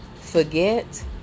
Forget